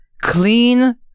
Clean